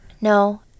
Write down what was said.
no